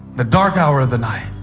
the dark hour of the night.